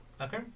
Okay